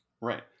Right